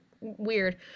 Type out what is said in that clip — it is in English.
weird